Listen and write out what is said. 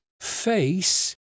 face